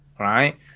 Right